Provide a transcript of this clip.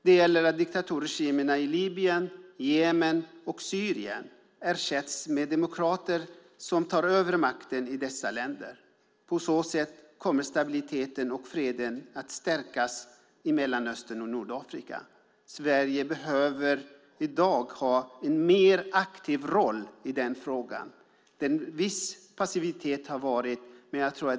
Det gäller att diktaturregimerna i Libyen, Jemen och Syrien ersätts med demokrater som tar över makten i dessa länder. På så sätt kommer stabiliteten och freden att stärkas i Mellanöstern och Nordafrika. Vi behöver i dag ha en mer aktiv roll i frågan. Det har varit en viss passivitet.